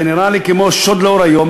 זה נראה לי כמו שוד לאור היום,